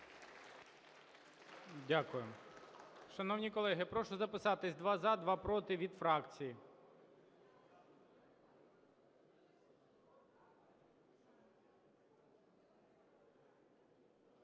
Дякую. Шановні колеги, я прошу записатися: два – за, два – проти - від фракцій.